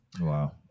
Wow